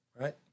Right